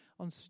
on